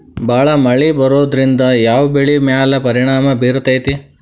ಭಾಳ ಮಳಿ ಬರೋದ್ರಿಂದ ಯಾವ್ ಬೆಳಿ ಮ್ಯಾಲ್ ಪರಿಣಾಮ ಬಿರತೇತಿ?